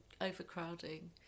overcrowding